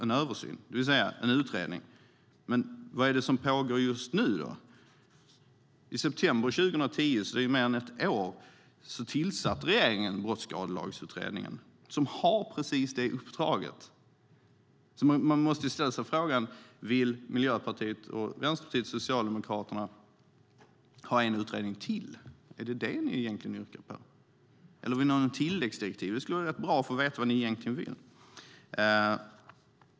En översyn - det vill säga en utredning. Men vad är det som pågår just nu då? I september 2010, för mer än ett år sedan, tillsatte ju regeringen Brottsskadelagsutredningen som har precis detta uppdrag. Man måste därför ställa sig frågan om Miljöpartiet, Vänsterpartiet och Socialdemokraterna vill ha en utredning till. Är det egentligen det ni yrkar på? Eller vill ni ha något tilläggsdirektiv? Det skulle vara rätt bra att få veta vad ni egentligen vill.